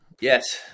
Yes